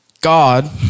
God